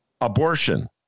abortion